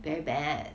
very bad